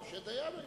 משה דיין היה.